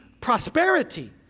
prosperity